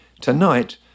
tonight